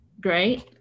Great